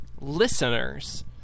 listeners